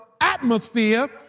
atmosphere